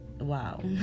wow